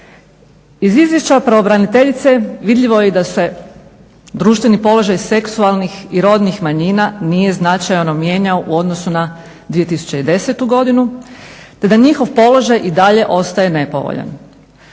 Iz izvješća pravobraniteljice vidljivo je i da se društveni položaj seksualnih i rodnih manjina nije značajno mijenjao u odnosu na 2010. godinu te da njihov položaj i dalje ostaje nepovoljan.